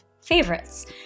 favorites